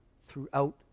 throughout